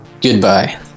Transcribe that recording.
Goodbye